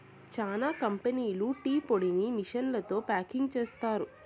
చానా కంపెనీలు టీ పొడిని మిషన్లతో ప్యాకింగ్ చేస్తారు